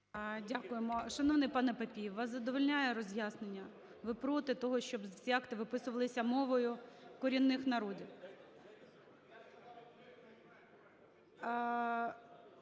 Дякуємо. Шановний пане Папієв, вас задовольняє роз'яснення, ви проти того, щоб ці акти виписувалися мовою корінних народів?